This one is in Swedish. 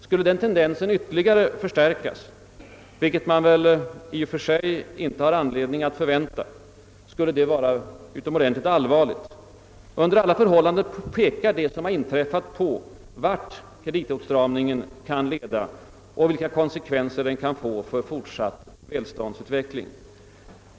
Skulle den tendensen ytterligare förstärkas — vilket man väl inte i och för sig har anledning att förvänta — skulle det vara utomordentligt allvarligt. Under alla förhållanden pekar det som har inträffat på vart kreditåtstramningen kan leda och vilka konsekvenser den kan få för en fortsatt välståndsutveckling.